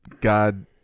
god